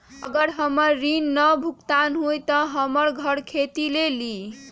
अगर हमर ऋण न भुगतान हुई त हमर घर खेती लेली?